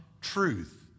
truth